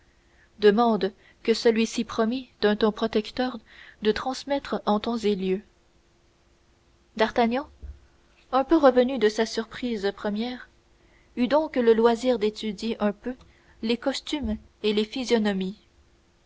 demande que celui-ci promit d'un ton protecteur de transmettre en temps et lieu d'artagnan un peu revenu de sa surprise première eut donc le loisir d'étudier un peu les costumes et les physionomies